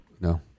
No